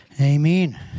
Amen